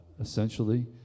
essentially